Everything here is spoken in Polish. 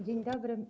Dzień dobry.